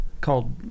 called